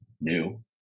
new